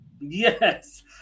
Yes